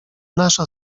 nasza